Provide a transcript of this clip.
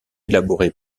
élaboré